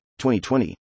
2020